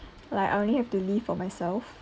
like I only have to live for myself